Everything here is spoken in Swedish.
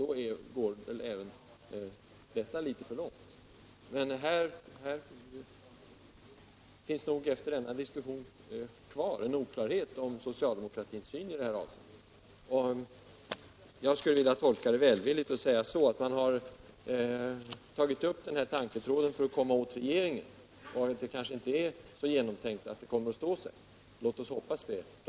Det vore i så fall att gå litet för långt. Efter denna diskussion råder det nog oklarhet om socialdemokratins syn i det här fallet. Jag skulle vilja tolka socialdemokraterna välvilligt och säga att de tagit upp den här tanketråden för att komma åt regeringen och att deras synpunkter inte är så genomtänkta att de kommer att stå sig. Låt oss hoppas det.